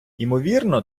імовірно